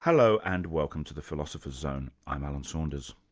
hello, and welcome to the philosopher's zone. i'm alan saunders.